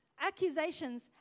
Accusations